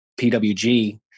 PWG